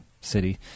city